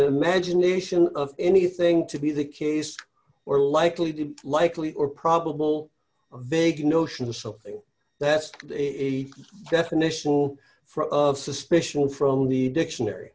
imagination of anything to be the case or likely to be likely or probable a vague notion of something that's a definition for of suspicion from the dictionary